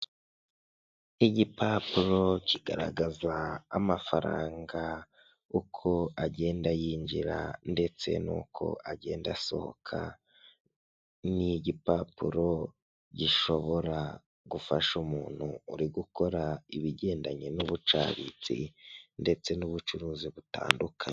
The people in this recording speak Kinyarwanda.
Igipapuro kigaragaza amafaranga uko agenda yinjira ndetse n'uko agenda asohoka. Ni igipapuro gishobora gufasha umuntu uri gukora ibigendanye n'ubucabitsi ndetse n'ubucuruzi butandukanye.